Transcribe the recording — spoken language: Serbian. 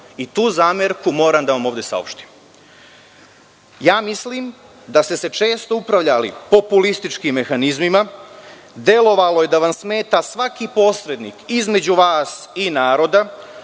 i tu zamerku moram da vam ovde saopštim. Mislim da ste se često upravljali populističkim mehanizmima. Delovalo je da vam smeta svaki posrednik između vas i naroda.